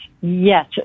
Yes